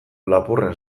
lapurren